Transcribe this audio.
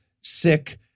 sick